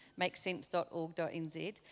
makesense.org.nz